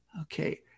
Okay